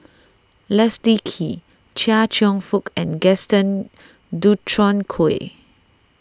Leslie Kee Chia Cheong Fook and Gaston Dutronquoy